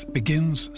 begins